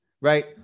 right